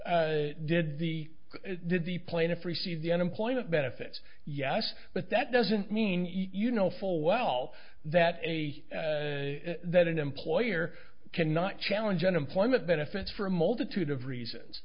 did the did the plaintiff receive the unemployment benefits yes but that doesn't mean you know full well that a that an employer cannot challenge unemployment benefits for a multitude of reasons